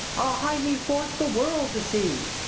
i'll hie me forth the world to see!